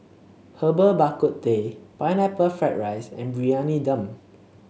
Herbal Bak Ku Teh Pineapple Fried Rice and Briyani Dum